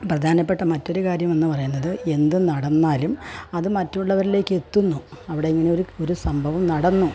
പ്രധാനപ്പെട്ട മറ്റൊരു കാര്യമെന്നു പറയുന്നത് എന്തു നടന്നാലും അതു മറ്റുള്ളവരിലേക്ക് എത്തുന്നു അവിടെ ഇങ്ങനൊരു സംഭവം നടന്നു